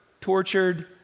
tortured